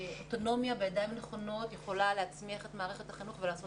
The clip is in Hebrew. שאוטונומיה בידיים נכונות יכולה להצמיח את מערכת החינוך ולעשות